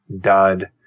dud